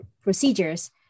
procedures